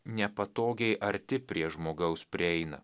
nepatogiai arti prie žmogaus prieina